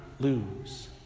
lose